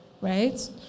right